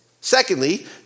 Secondly